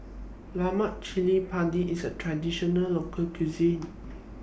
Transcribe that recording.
Lemak Cili Padi IS A Traditional Local Cuisine